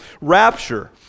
rapture